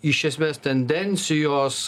iš esmės tendencijos